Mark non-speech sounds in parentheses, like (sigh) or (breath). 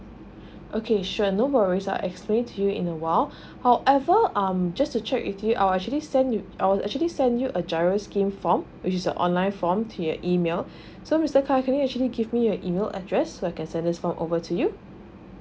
(breath) okay sure no worries I'll explain to you in a while (breath) while I follow um just to check with you I'll actually send you I'll actually send you a giro scheme form which is a online form to your email (breath) so mister kharleel can you actually give me your email address so I can send this form over to you